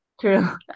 True